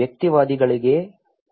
ವ್ಯಕ್ತಿವಾದಿಗಳಿಗೆ